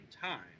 time